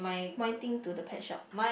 pointing to the pet shop